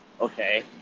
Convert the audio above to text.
okay